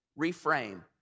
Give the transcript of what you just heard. reframe